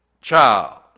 child